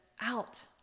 out